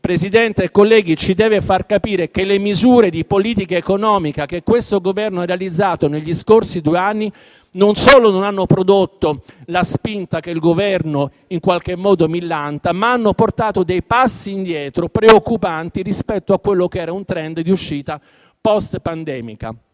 Presidente, colleghi, questo ci deve far capire che le misure di politica economica che questo Governo ha realizzato negli scorsi due anni, non solo non hanno prodotto la spinta che il Governo in qualche modo millanta, ma hanno portato dei passi indietro preoccupanti rispetto a quello che era un *trend* di uscita *post* pandemica.